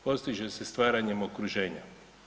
Postiže se stvaranjem okruženja.